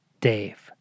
Dave